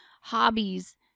hobbies